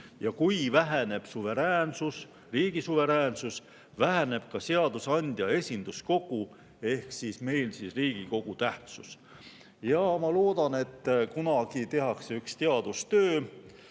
ja kui väheneb suveräänsus, riigi suveräänsus, väheneb ka seadusandja esinduskogu ehk siis meil Riigikogu tähtsus. Ma loodan, et kunagi tehakse üks teadustöö,